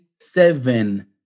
seven